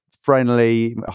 friendly